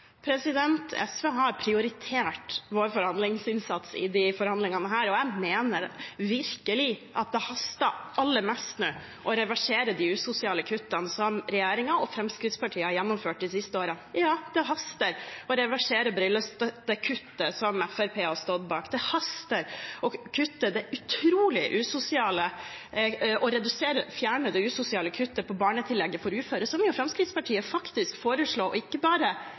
SV har prioritert vår forhandlingsinnsats i disse forhandlingene, og jeg mener virkelig at det haster aller mest nå å reversere de usosiale kuttene som regjeringen og Fremskrittspartiet har gjennomført de siste årene. Ja, det haster å reversere brillestøttekuttet som Fremskrittspartiet har stått bak. Det haster å fjerne det utrolig usosiale kuttet på barnetillegget for uføre, som Fremskrittspartiet faktisk foreslo ikke bare